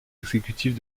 exécutif